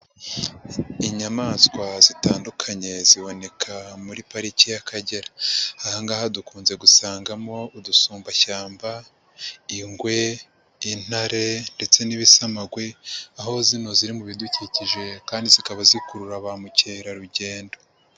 Inyamaswa zitandukanye ziboneka muri pariki y'akagera, aha ngaha dukunze gusangamo udusumbashyamba, ingwe, intare ,ndetse n'ibisamagwe, aho zino ziri mu bidukikije kandi zikaba zikurura ba mukerarugendo.